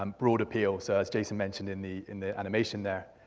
um broad appeal, so as jason mentioned in the in the animation there,